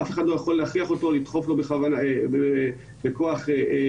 אף אחד לא יכול להכריח אותו ולתת לו בכוח חיסון.